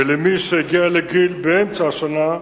ומי שהגיע לגיל באמצע השנה,